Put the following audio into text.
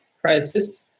crisis